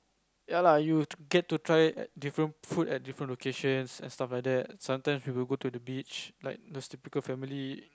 ya lah you get to try different food at different location and stuff like that sometimes we will go to the beach like those typical family